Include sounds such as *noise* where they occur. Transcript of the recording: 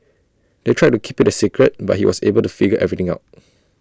they tried to keep IT A secret but he was able to figure everything out *noise*